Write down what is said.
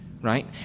right